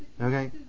Okay